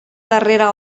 darrera